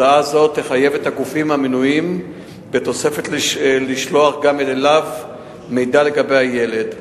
הודעה זו תחייב את הגופים המנויים בתוספת לשלוח גם אליו מידע על הילד,